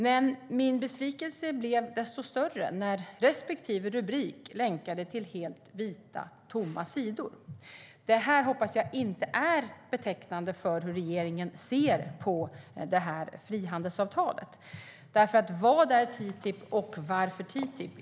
Men min besvikelse blev desto större när respektive rubrik länkade till helt tomma sidor. Det hoppas jag inte är betecknande för hur regeringen ser på frihandelsavtalet, för "Vad är TTIP?" och "Varför TTIP?"